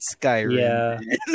Skyrim